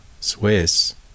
Swiss